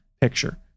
Picture